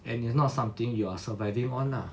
and it's not something you are surviving on lah